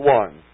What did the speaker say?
one